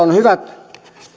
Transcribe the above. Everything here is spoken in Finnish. on hyvät